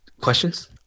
questions